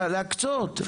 להקצות,